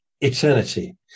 eternity